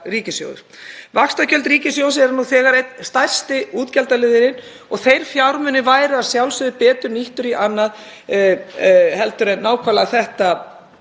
Vaxtagjöld ríkissjóðs eru nú þegar einn stærsti útgjaldaliðurinn og þeir fjármunir væru að sjálfsögðu betur nýttir í annað en nákvæmlega þetta